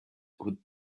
with